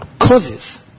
causes